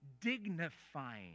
dignifying